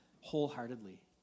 wholeheartedly